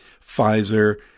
Pfizer